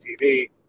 TV